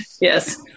Yes